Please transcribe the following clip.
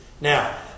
Now